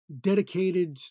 dedicated